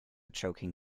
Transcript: choking